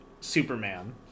superman